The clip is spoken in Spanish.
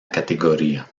categoría